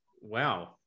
wow